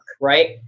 right